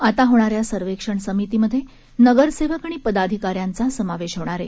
आता होणाऱ्या सर्वेक्षण समितीमध्ये नगरसेवक आणि पदाधिकाऱ्यांचा समावेश होणार आहे